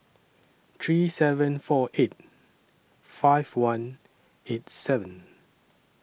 three seven four eight five one eight seven